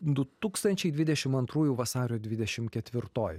du tūkstančiai dvidešim antrųjų vasario dvidešim ketvirtoji